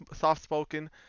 soft-spoken